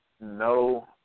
no